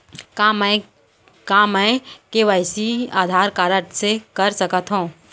का मैं KYC Aadhaar card से कर सकत हो?